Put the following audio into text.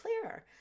clearer